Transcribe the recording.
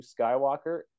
Skywalker